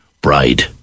bride